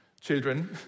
children